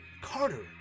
Carter